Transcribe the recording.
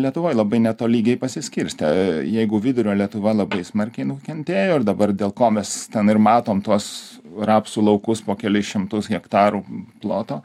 lietuvoj labai netolygiai pasiskirstę jeigu vidurio lietuva labai smarkiai nukentėjo ir dabar dėl ko mes ten ir matom tuos rapsų laukus po kelis šimtus hektarų ploto